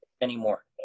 anymore